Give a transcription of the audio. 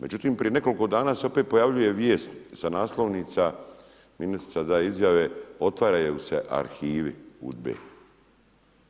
Međutim, prije nekoliko dana se opet pojavljuje vijest sa naslovnica, ministrica daje izjave, otvaraju se arhivi UDBA-e.